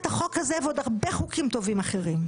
החוק הזה ועוד הרבה חוקים טובים אחרים.